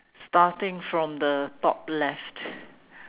starting from the top left